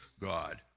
God